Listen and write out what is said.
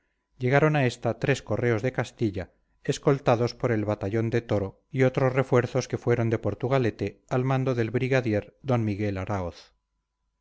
llegaron a esta tres correos de castilla escoltados por el batallón de toro y otros refuerzos que fueron de portugalete al mando del brigadier d miguel araoz